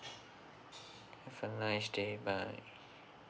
have a nice day bye